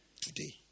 today